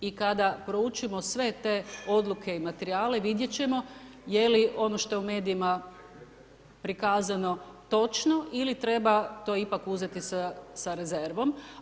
I kada proučimo sve te odluke i materijale i vidjeti ćemo je li ono što je u medijima prikazano točno ili treba to ipak uzeti sa rezervom.